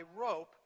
rope